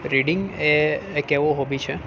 reading એ એક એવો હોબી છે